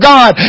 God